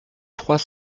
trois